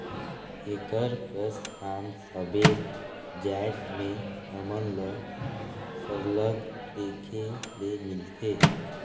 एकर कस काम सबेच जाएत में हमन ल सरलग देखे ले मिलथे